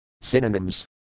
Synonyms